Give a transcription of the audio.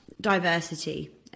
diversity